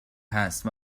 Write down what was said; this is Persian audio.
هست